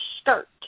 skirt